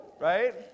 Right